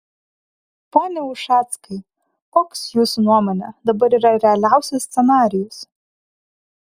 pone ušackai koks jūsų nuomone dabar yra realiausias scenarijus